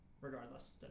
Regardless